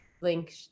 link